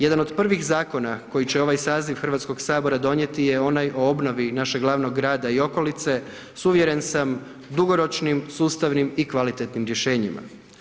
Jedan od prvih zakona koje će ovaj saziv Hrvatskog sabora donijeti je onaj o obnovi našeg glavnog grada i okolice s uvjeren sam, dugoročnim, sustavnim i kvalitetnim rješenjima.